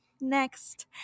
next